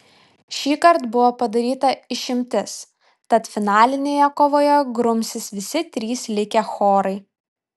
šįkart buvo padaryta išimtis tad finalinėje kovoje grumsis visi trys likę chorai